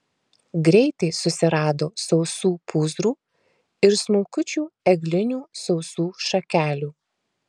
greitai susirado sausų pūzrų ir smulkučių eglinių sausų šakelių